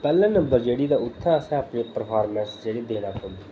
पैह्लें नंबर ते जेह्ड़ी असें उत्थै अपनी परफार्मेंस देना पौंदी